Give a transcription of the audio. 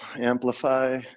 Amplify